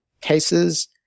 cases